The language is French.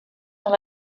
dans